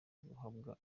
guhabwa